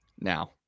Now